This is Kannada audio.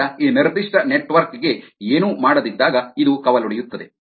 ಆದ್ದರಿಂದ ಈ ನಿರ್ದಿಷ್ಟ ನೆಟ್ವರ್ಕ್ ಗೆ ಏನೂ ಮಾಡದಿದ್ದಾಗ ಇದು ಕವಲೊಡೆಯುತ್ತದೆ